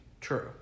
True